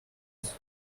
this